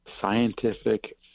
scientific